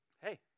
hey